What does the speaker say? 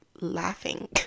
laughing